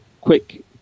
quick